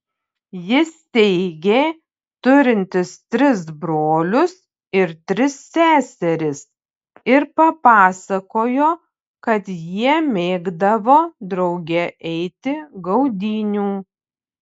jis teigė turintis tris brolius ir tris seseris ir papasakojo kad jie mėgdavo drauge eiti gaudynių